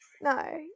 no